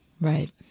Right